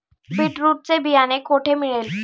Beetroot चे बियाणे कोठे मिळेल?